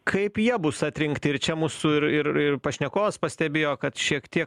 kaip jie bus atrinkti ir čia mūsų ir ir ir pašnekovas pastebėjo kad šiek tiek